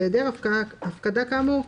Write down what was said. בהיעדר הפקדה כאמור,